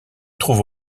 trouve